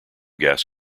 gas